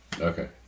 Okay